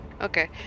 Okay